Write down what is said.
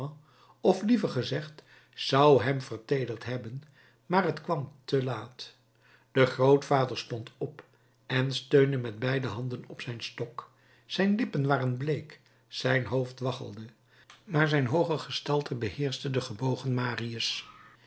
of liever gezegd zou hem verteederd hebben maar het kwam te laat de grootvader stond op en steunde met beide handen op zijn stok zijn lippen waren bleek zijn hoofd waggelde maar zijn hooge gestalte beheerschte den gebogen marius